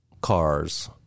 cars